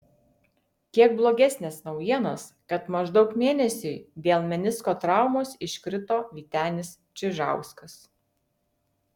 kiek blogesnės naujienos kad maždaug mėnesiui dėl menisko traumos iškrito vytenis čižauskas